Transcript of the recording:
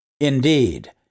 Indeed